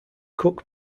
cooke